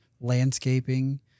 landscaping